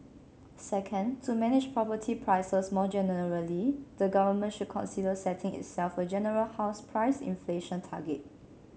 second to manage property prices more generally the government should consider setting itself a general house price inflation target